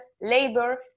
labor